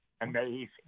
Amazing